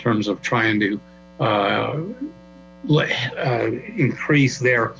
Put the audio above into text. terms of trying to increase their